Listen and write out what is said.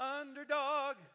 Underdog